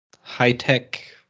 High-tech